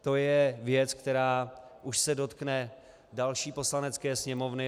To je věc, která už se dotkne další Poslanecké sněmovny.